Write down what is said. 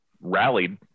rallied